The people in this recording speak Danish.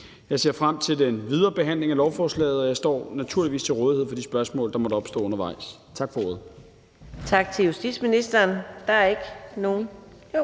Jeg ser frem til den videre behandling af lovforslaget, og jeg står naturligvis til rådighed for de spørgsmål, der måtte opstå undervejs. Tak for ordet. Kl. 15:19 Fjerde næstformand (Karina